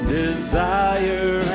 desire